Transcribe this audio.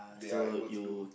they are able to do